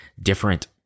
different